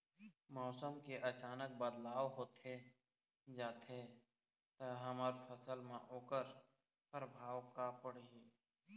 मौसम के अचानक बदलाव होथे जाथे ता हमर फसल मा ओकर परभाव का पढ़ी?